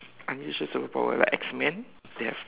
unusual superpower like X man they have